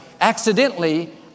accidentally